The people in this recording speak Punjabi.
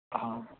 ਹਾਂ